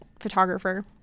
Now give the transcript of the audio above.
photographer